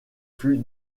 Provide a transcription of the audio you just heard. fut